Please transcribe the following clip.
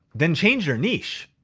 then change your niche.